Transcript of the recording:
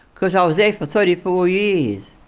because i was there for thirty four years.